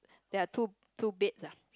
there are two two beds ah